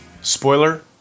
Spoiler